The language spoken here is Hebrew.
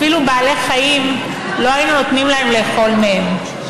אפילו לבעלי חיים לא היינו נותנים לאכול מהם,